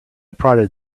prodded